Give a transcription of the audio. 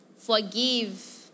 Forgive